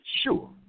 sure